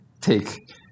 take